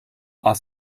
are